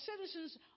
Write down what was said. citizens